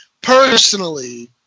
personally